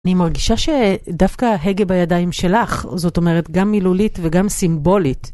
אני מרגישה שדווקא ההגה בידיים שלך, זאת אומרת, גם מילולית וגם סימבולית.